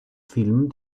film